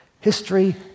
History